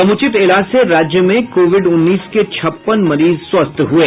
समूचित इलाज से राज्य में कोविड उन्नीस के छप्पन मरीज स्वस्थ हये